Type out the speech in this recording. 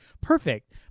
perfect